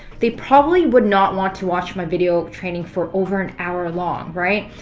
they probably would not want to watch my video training for over an hour long, right?